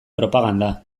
propaganda